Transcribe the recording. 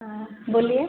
हाँ बोलिए